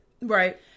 Right